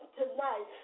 tonight